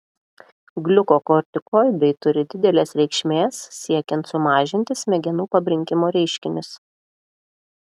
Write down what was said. gliukokortikoidai turi didelės reikšmės siekiant sumažinti smegenų pabrinkimo reiškinius